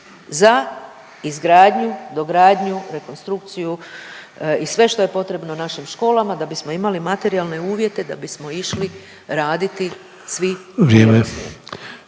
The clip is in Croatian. za izgradnju, dogradnju, rekonstrukciju i sve što je potrebno našim školama da bismo imali materijalne uvjete da bismo išli raditi svi…/Upadica